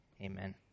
amen